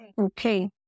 Okay